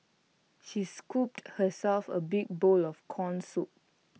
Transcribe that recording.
she scooped herself A big bowl of Corn Soup